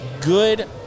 good